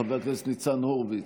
חבר הכנסת ניצן הורוביץ,